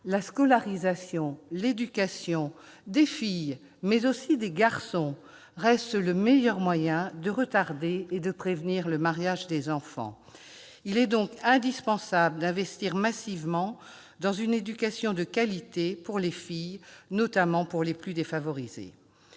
La scolarisation et l'éducation des filles comme des garçons restent le meilleur moyen de retarder et de prévenir le mariage des enfants. Il est donc indispensable d'investir massivement dans une éducation de qualité pour les filles, notamment pour les plus défavorisées.